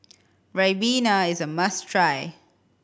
Ribena is a must try